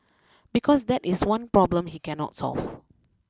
because that is the one problem he cannot solve